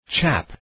Chap